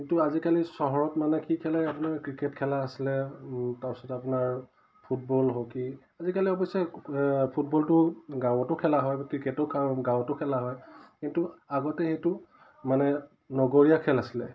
কিন্তু আজিকালি চহৰত মানে কি খেলে আপোনাৰ ক্ৰিকেট খেলা আছিলে তাৰপিছত আপোনাৰ ফুটবল হকী আজিকালি অৱশ্যে ফুটবলটো গাঁৱতো খেলা হয় ক্ৰিকেটো গা গাঁৱতো খেলা হয় কিন্তু আগতে সেইটো মানে নগৰীয়া খেল আছিলে